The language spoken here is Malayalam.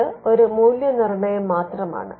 ഇത് ഒരു മൂല്യനിർണ്ണയം മാത്രമാണ്